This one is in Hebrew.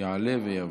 יעלה ויבוא.